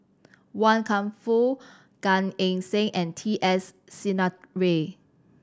Wan Kam Fook Gan Eng Seng and T S Sinnathuray